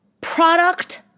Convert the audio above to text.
product